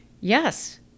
Yes